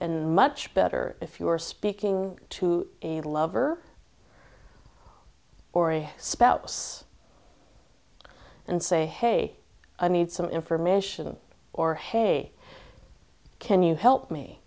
and much better if you're speaking to a lover or a spouse and say hey i need some information or hey can you help me